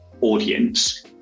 audience